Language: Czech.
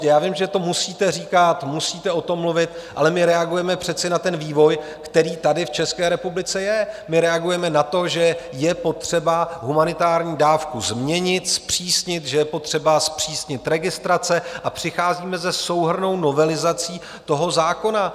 Já vím, že to musíte říkat, musíte o tom mluvit, ale my reagujeme přece na vývoj, který tady v České republice je, reagujeme na to, že je potřeba humanitární dávku změnit, zpřísnit, že je potřeba zpřísnit registrace, a přicházíme se souhrnnou novelizací zákona.